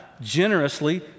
generously